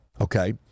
okay